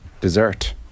Dessert